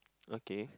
okay